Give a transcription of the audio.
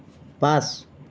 পাঁচ